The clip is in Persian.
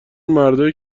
مردایی